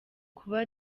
kuba